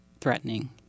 threatening